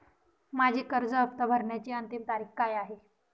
माझी कर्ज हफ्ता भरण्याची अंतिम तारीख काय आहे?